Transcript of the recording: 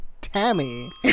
Tammy